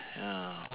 ya